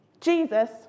Jesus